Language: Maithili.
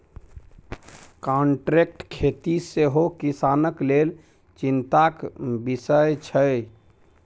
कांट्रैक्ट खेती सेहो किसानक लेल चिंताक बिषय छै